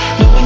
no